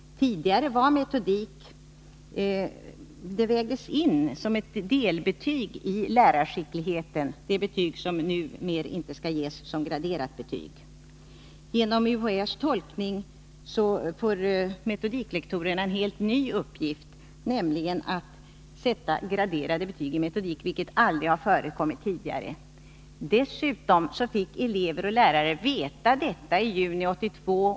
Tidigare vägdes metodik in i lärarskicklighet, och betyg gavs som ett delbetyg i fråga om lärarskickligheten, där graderade betyg numera inte skall ges. Genom UHÄ:s tolkning får metodiklektorerna en helt ny uppgift, nämligen att sätta graderade betyg i metodik, vilket aldrig tidigare har förekommit. Dessutom har elever och lärare fått veta detta först i juni 1982.